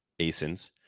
ASINs